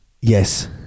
Yes